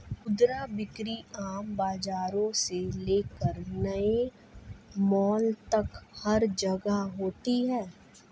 खुदरा बिक्री आम बाजारों से लेकर नए मॉल तक हर जगह होती है